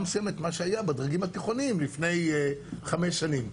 מסוימת את מה שהיה בדרגים התיכוניים לפני חמש שנים,